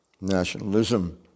Nationalism